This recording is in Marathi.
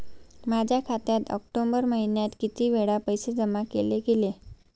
माझ्या खात्यात ऑक्टोबर महिन्यात किती वेळा पैसे जमा केले गेले?